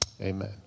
amen